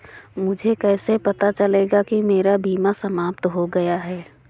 मुझे कैसे पता चलेगा कि मेरा बीमा समाप्त हो गया है?